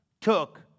took